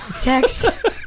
text